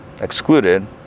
excluded